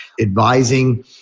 advising